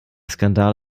skandal